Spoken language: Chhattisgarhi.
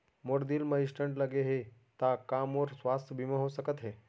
मोर दिल मा स्टन्ट लगे हे ता का मोर स्वास्थ बीमा हो सकत हे?